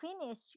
finish